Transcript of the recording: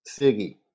Siggy